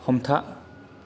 हमथा